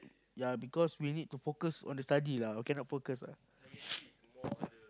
ya because we need to focus on the study lah cannot focus on